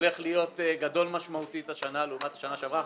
הולך להיות גדול משמעותית השנה לעומת שנה שעברה.